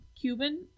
Cuban